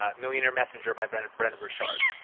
um millionaire messenger. by brendon brendon burchard.